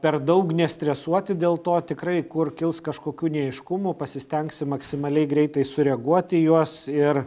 per daug nestresuoti dėl to tikrai kur kils kažkokių neaiškumų pasistengsim maksimaliai greitai sureaguoti į juos ir